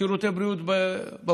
שירותי בריאות בבגרות.